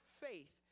faith